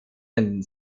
den